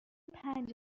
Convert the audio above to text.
پنج